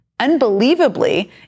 Unbelievably